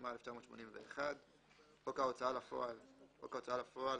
התשמ"א 1981‏; "חוק ההוצאה לפועל" חוק ההוצאה לפועל,